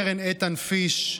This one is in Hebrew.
סרן איתן פיש,